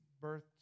birth